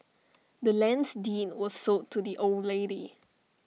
the land's deed was sold to the old lady